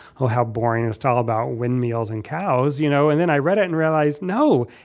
how how boring and tall about windmills and cows, you know? and then i read it and realized, no,